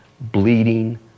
bleeding